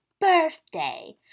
birthday